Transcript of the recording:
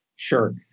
Sure